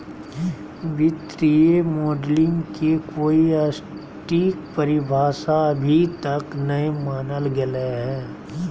वित्तीय मॉडलिंग के कोई सटीक परिभाषा अभी तक नय मानल गेले हें